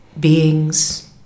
Beings